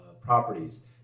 properties